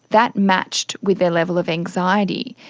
that matched with their level of anxiety,